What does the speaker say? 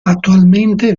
attualmente